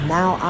Now